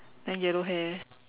then yellow hair